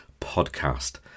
podcast